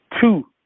two